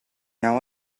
now